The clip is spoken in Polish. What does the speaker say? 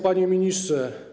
Panie Ministrze!